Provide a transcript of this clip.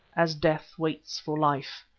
as death waits for life,